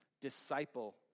disciple